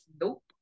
Nope